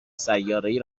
سیارهای